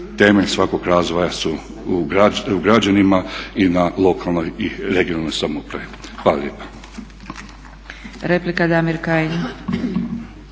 temelj svakog razvoja su u građanima i na lokalnoj i regionalnoj samoupravi. Hvala lijepa.